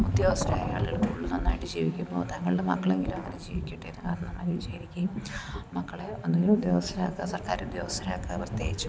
ഉദ്യോഗസ്ഥരായ ആളുകൾ കൂടുതൽ നന്നായിട്ട് ജീവിക്കുമ്പോൾ തങ്ങളുടെ മക്കളെങ്കിലും അങ്ങനെ ജീവിക്കട്ടേ എന്ന് കാരണവന്മാർ വിചാരിക്കും മക്കളേ ഒന്നുകിൽ ഉദ്യോഗസ്ഥരാക്കുക സർക്കാർ ഉദ്യോഗസ്ഥരാക്കുക പ്രത്യേകിച്ചും